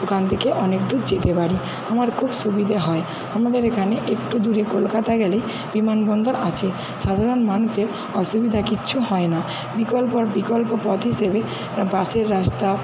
ওখান থেকে অনেক দূর যেতে পারি আমার খুব সুবিধে হয় আমাদের এখানে একটু দূরে কলকাতা গেলে বিমান বন্দর আছে সাধারণ মানুষের অসুবিধা কিচ্ছু হয় না বিকল্প পথ হিসেবে বাসের রাস্তা